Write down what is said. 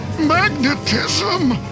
Magnetism